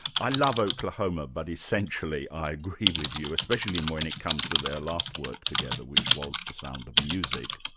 i love oklahoma but essentially i agree with you, especially and when it comes to their last work together which was the sound of music.